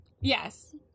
Yes